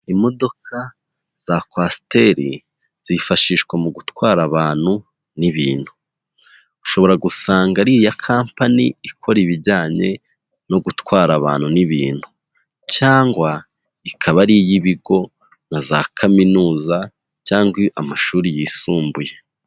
Imodoka za coaster zifashishwa mu gutwara abantu n'ibintu, ushobora gusanga ari iya campany ikora ibijyanye no gutwara abantu n'ibintu cyangwa ikaba ari iy'ibigo nka za Kaminuza cyangwa amashuri yisumbuye.